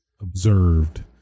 observed